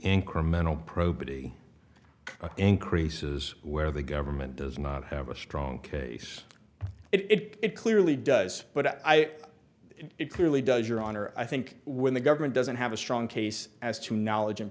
incremental probity increases where the government does not have a strong case it clearly does but i it clearly does your honor i think when the government doesn't have a strong case as to knowledge in